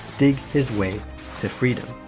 dig his way to freedom.